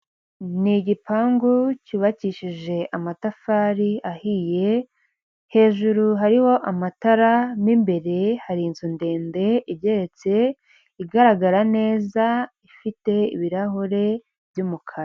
Ni igipangu cyubakishije amatafari ahiye hejuru hariho amatara, mimbere hari inzu ndende igeretse igaragara neza ifite ibirahure by'umukara.